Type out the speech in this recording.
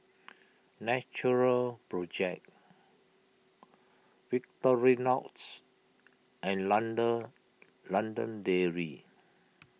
Natural Project Victorinoxs and London London Dairy